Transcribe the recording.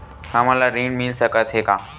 हमन ला ऋण मिल सकत हे का?